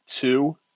two